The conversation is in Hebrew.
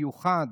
מיוחד,